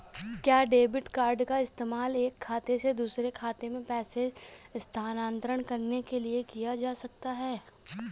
क्या debit card का इस्तेमाल एक खाते से दूसरे खाते में पैसे स्थानांतरण करने के लिए किया जा सकता है?